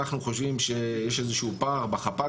אנחנו חושבים שיש איזה שהוא פער בחפ"ק